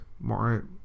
more